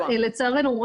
לצערנו,